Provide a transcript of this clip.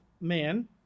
man